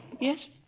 Yes